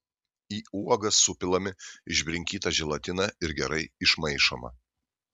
į uogas supilami išbrinkyta želatina ir gerai išmaišoma